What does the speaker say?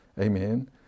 Amen